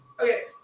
Okay